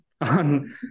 on